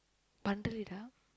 bundle it up